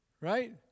Right